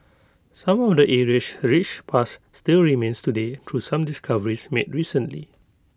some of the area's rich past still remains today through some discoveries made recently